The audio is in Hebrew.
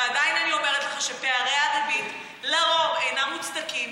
ועדיין אני אומרת לך שפערי הריבית לרוב אינם מוצדקים.